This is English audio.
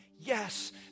Yes